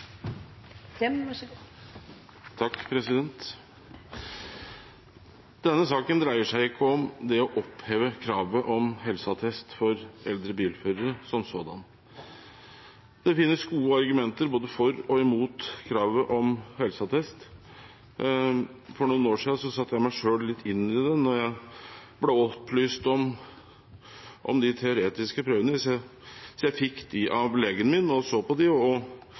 Denne saken dreier seg ikke om det å oppheve kravet om helseattest for eldre bilførere som sådan. Det finnes gode argumenter både for og imot kravet om helseattest. For noen år siden satte jeg meg litt inn i det da jeg ble opplyst om de teoretiske prøvene, så jeg fikk dem av legen min, så på dem og